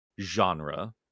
genre